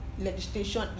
legislation